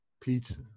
Pizza